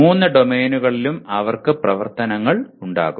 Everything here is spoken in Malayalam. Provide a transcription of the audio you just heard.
മൂന്ന് ഡൊമെയ്നുകളിലും അവർക്ക് പ്രവർത്തനങ്ങൾ ഉണ്ടാകും